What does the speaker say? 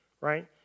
right